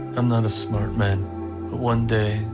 i'm not a smart man, but one day,